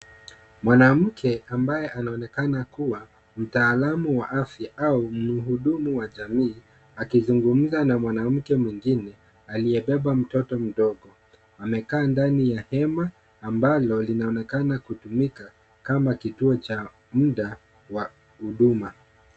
Mwanamke ambaye anaonekana kuwa mtaalamu wa afya au mhudumu wa jamii akizungumza na mwanamke mwingine, aliyebeba mtoto mdogo. Amekaa ndani ya hema ambalo linaonekana kutumika kama kituo cha muda wa huduma.